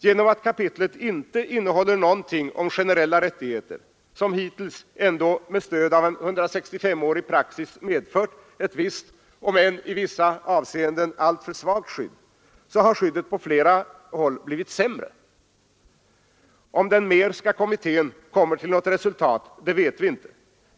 Genom att kapitlet inte innehåller någonting om generella rättigheter, som hittills ändå med stöd av en 16S-årig praxis medfört ett visst om än i vissa avseenden alltför svagt skydd, så har skyddet på flera håll blivit sämre. Om den Mehrska kommittén kommer till något resultat vet vi inte.